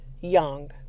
young